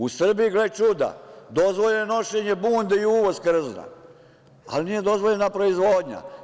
U Srbiji, gle čuda, dozvoljeno je nošenje bunde i uvoz krzna, ali nije dozvoljena proizvodnja.